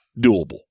doable